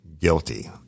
Guilty